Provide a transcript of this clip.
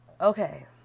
Okay